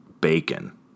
bacon